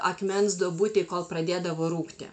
akmens duobutėj kol pradėdavo rūgti